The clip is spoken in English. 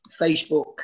Facebook